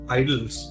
idols